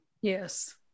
Yes